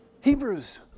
Hebrews